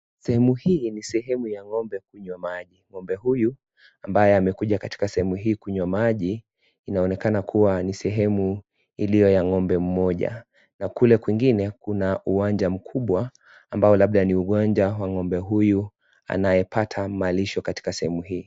Sehemu hii ni sehemu ya ngombe kunywa maji. Ngombe huyu ambaye amekuja katika sehemu hii kunywa maji. Inaonekana kuwa ni sehemu iliyo ya ngombe mmoja na kule kwingine kuna uwanja mkubwa ambao labda ni uwanja wa ngombe huyu anayepata malisho katika sehemu hii.